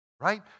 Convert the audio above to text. right